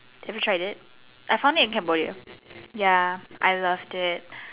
have you tried it I found it in Cambodia have you tried it ya I loved it